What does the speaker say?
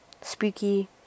spooky